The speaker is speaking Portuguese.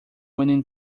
menino